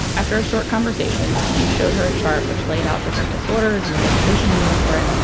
after a short conversation, he showed her a chart which laid out different disorders and the medication you need for it.